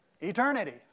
eternity